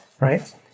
right